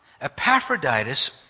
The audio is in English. Epaphroditus